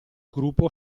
gruppo